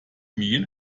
meal